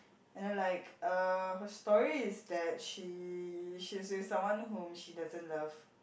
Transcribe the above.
and then like uh her story is that she she's with someone whom she doesn't love